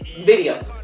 Video